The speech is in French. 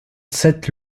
sept